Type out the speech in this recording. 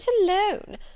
alone